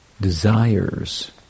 desires